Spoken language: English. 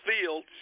field